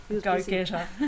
go-getter